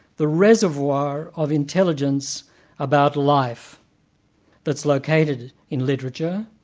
the reservoir of intelligence about life that's located in literature,